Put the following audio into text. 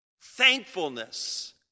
Thankfulness